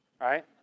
right